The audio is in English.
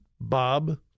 Bob